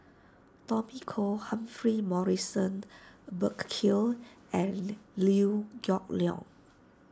Tommy Koh Humphrey Morrison Burkill and Liew Yiew Geok Leong